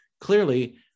clearly